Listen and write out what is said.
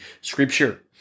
scripture